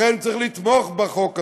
לכן, צריך לתמוך בחוק הזה,